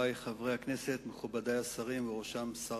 ועדת